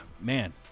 man